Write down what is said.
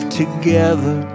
together